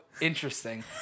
interesting